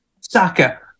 Saka